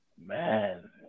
Man